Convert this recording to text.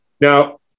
Now